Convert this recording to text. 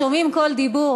שומעים כל דיבור,